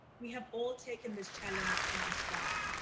we have all taken this challenge in our stride.